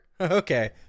okay